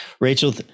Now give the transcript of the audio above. Rachel